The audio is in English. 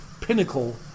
pinnacle